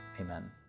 amen